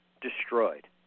destroyed